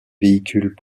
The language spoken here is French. véhicules